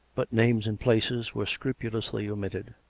but names and places were scrupulously omitted.